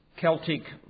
Celtic